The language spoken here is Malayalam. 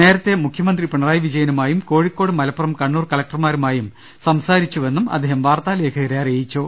നേരത്തെ മുഖ്യമന്ത്രി പിണറായി വിജയനുമായും കോഴിക്കോട് മലപ്പുറം കണ്ണൂർ കല ക്ടർമാരുമായും സംസാരിച്ചുവെന്നും അദ്ദേഹം വാർത്താലേഖകരെ അറി യിച്ചു